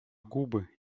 губы